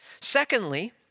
Secondly